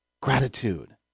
gratitude